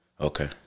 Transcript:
Okay